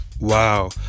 Wow